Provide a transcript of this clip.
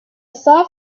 shop